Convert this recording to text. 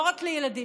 לא רק לילדים,